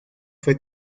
fue